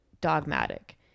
dogmatic